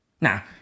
Now